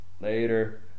Later